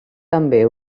també